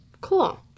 Cool